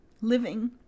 living